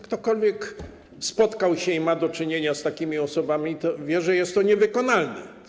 Ktokolwiek spotkał się i ma do czynienia z takimi osobami, to wie, że jest to niewykonalne.